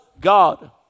God